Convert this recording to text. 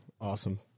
Awesome